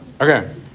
Okay